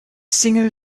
single